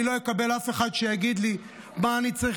אני לא אקבל אף אחד שיגיד לי מה אני צריך